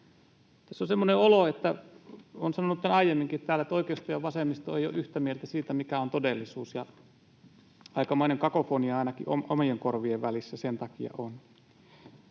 Tässä on semmoinen olo, ja olen sanonut tämän aiemminkin, että täällä oikeisto ja vasemmisto eivät ole yhtä mieltä siitä, mikä on todellisuus, ja aikamoinen kakofonia ainakin omien korvien välissä sen takia on.